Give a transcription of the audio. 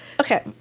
Okay